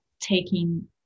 taking